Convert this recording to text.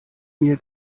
mir